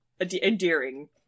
endearing